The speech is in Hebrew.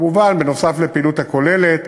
כמובן בנוסף לפעילות הכוללת,